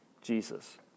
Jesus